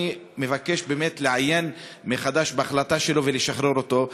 אני מבקש לעיין מחדש בהחלטה שלו ולשחרר אותו.